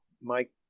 Mike